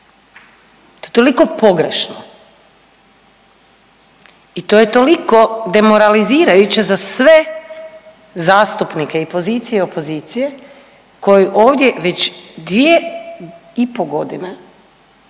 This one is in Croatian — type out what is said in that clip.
to je tolik pogrešno i to je toliko demoralizirajuće za sve zastupnike i pozicije i opozicije koji ovdje već dvije i po godine